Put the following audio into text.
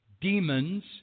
demons